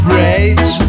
rage